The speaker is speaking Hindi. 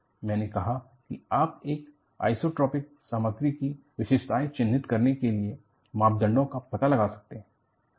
मैंने कहा कि आप एक आइसोट्रॉपिक सामग्री की विशेषताएँ चिन्हित करने के लिए मापदंडों का पता लगा सकते हैं